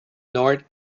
north